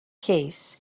case